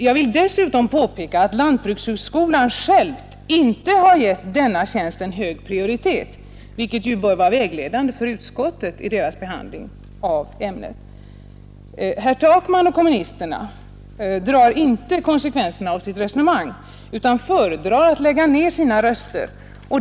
Jag vill dessutom påpeka att lantbrukshögskolan inte har gett denna tjänst en hög prioritet, vilket ju bör vara vägledande för utskottet vid dess behandling av ärendet. Herr Takman och kommunisterna tar inte konsekvenserna av sitt resonemang, utan föredrar att lägga ner sina röster.